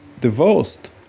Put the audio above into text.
divorced